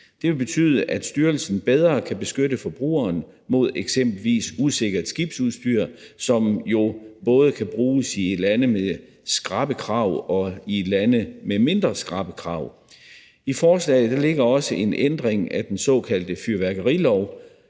Det vil betyde, at styrelsen bedre kan beskytte forbrugeren mod eksempelvis usikkert skibsudstyr, som jo både kan bruges i lande med skrappe krav og i lande med mindre skrappe krav. I forslaget ligger der også en ændring af den såkaldte fyrværkerilov.